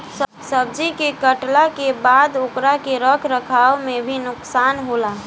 सब्जी के काटला के बाद ओकरा के रख रखाव में भी नुकसान होला